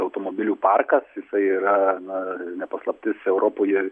automobilių parkas jisai yra na ne paslaptis europoje